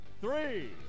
Three